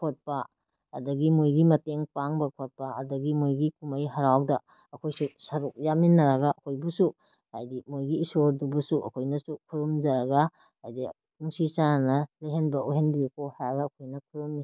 ꯈꯣꯠꯄ ꯑꯃꯗꯤ ꯃꯣꯏꯒꯤ ꯃꯇꯦꯡ ꯄꯥꯡꯕ ꯈꯣꯠꯄ ꯑꯗꯒꯤ ꯃꯣꯏꯒꯤ ꯀꯨꯝꯍꯩ ꯍꯔꯥꯎꯗ ꯑꯩꯈꯣꯏꯁꯨ ꯁꯔꯨꯛ ꯌꯥꯃꯤꯟꯅꯔꯒ ꯑꯩꯈꯣꯏꯕꯨꯁꯨ ꯍꯥꯏꯗꯤ ꯃꯣꯏꯒꯤ ꯏꯁꯣꯔꯗꯨꯕꯨꯁꯨ ꯑꯩꯈꯣꯏꯅꯁꯨ ꯈꯨꯔꯨꯝꯖꯔꯒ ꯑꯗꯩ ꯅꯨꯡꯁꯤ ꯆꯥꯟꯅꯅ ꯂꯩꯍꯦꯟꯕ ꯑꯣꯏꯍꯟꯕꯤꯌꯨꯀꯣ ꯍꯥꯏꯔꯒ ꯑꯩꯈꯣꯏꯅ ꯈꯨꯔꯨꯝꯃꯤ